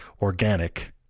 organic